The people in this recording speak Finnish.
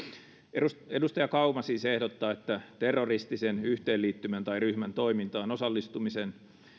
edustaja edustaja kauma siis ehdottaa että terroristisen yhteenliittymän tai ryhmän toimintaan